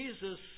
Jesus